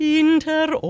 inter